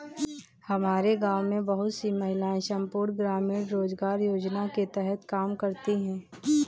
हमारे गांव में बहुत सी महिलाएं संपूर्ण ग्रामीण रोजगार योजना के तहत काम करती हैं